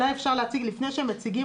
לפני שהם מציגים,